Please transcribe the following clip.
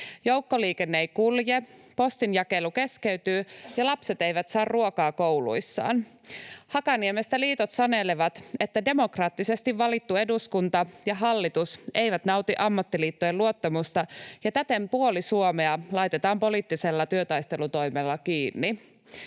Joukkoliikenne ei kulje, postinjakelu keskeytyy, ja lapset eivät saa ruokaa kouluissaan. Hakaniemestä liitot sanelevat, että demokraattisesti valittu eduskunta ja hallitus eivät nauti ammattiliittojen luottamusta, ja täten puoli Suomea laitetaan poliittisella työtaistelutoimella kiinni.